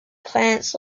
plants